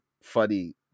funny